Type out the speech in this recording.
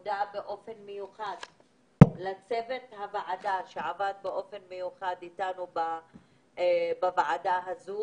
מודה לצוות הוועדה שעבד באופן מיוחד בוועדה הזאת.